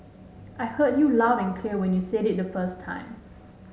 I heard you loud and clear when you said it the first time